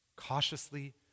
Cautiously